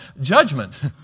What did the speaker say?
judgment